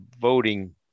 voting